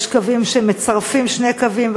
יש קווים שמצרפים שני קווים,